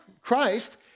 Christ